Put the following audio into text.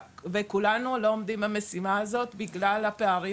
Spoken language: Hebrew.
וכולנו לא עומדים במשימה הזאת בגלל הפערים